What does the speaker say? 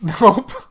Nope